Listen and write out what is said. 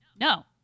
No